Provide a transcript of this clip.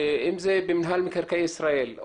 אם זה במינהל מקרקעי ישראל,